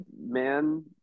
man